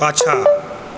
पाछाँ